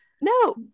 no